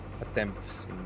attempts